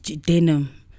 denim